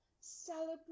celebrate